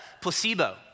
placebo